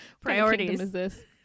Priorities